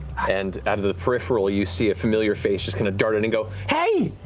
and out of the peripheral, you see a familiar face just dart in and go, hey!